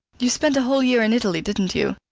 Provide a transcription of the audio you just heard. you spent a whole year in italy, didn't you?